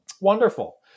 Wonderful